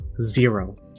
zero